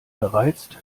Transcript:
gereizt